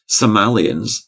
Somalians